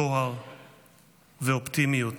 טוהר ואופטימיות",